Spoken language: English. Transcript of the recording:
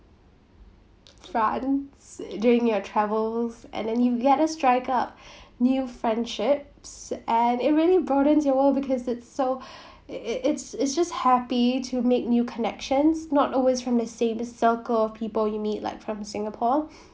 france during your travels and then you get to strike up new friendships and it really broadens your world because it's so it's it's just happy to make new connections not always from the same circle of people you meet like from singapore